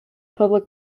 public